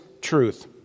truth